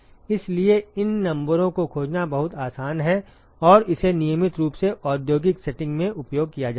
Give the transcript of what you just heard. इसलिए इन नंबरों को खोजना बहुत आसान है और इसे नियमित रूप से औद्योगिक सेटिंग में उपयोग किया जाता है